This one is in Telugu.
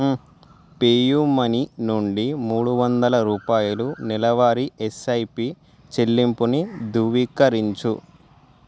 పేయూ మనీ నుండి మూడు వందల రూపాయలు నెలవారీ ఎస్ఐపి చెల్లింపుని ధృవీకరించు